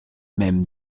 même